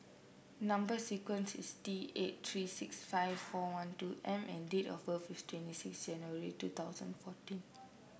number sequence is T eight three six five four one two M and date of birth is twenty six January two thousand and fourteen